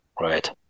right